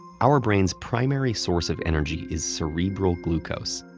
our brain's primary source of energy is cerebral glucose,